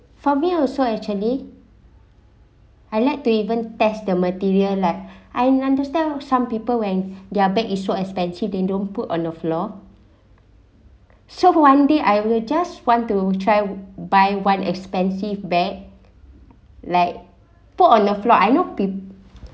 for me also actually I like to even test the material like I understand some people when their bag is so expensive they don't put on the floor so one day I will just want to try buy one expensive bag like put on the floor I know peo~